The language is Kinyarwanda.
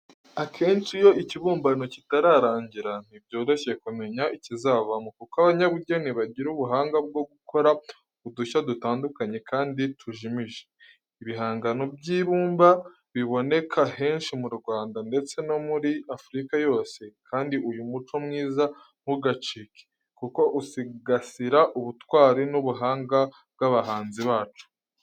Akenshi iyo ikibumbamo kitararangira, ntibyoroshye kumenya ikizavamo, kuko abanyabugeni bagira ubuhanga bwo gukora udushya dutandukanye kandi tujimije. Ibihangano by’ibumba biboneka henshi mu Rwanda, ndetse no muri Afurika yose, kandi uyu muco mwiza ntugacike, kuko usigasira ubutwari n’ubuhanga bw’abahanzi bacu.